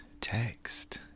text